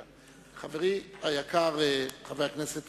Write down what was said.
בבקשה, חברי היקר, חבר הכנסת